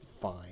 fine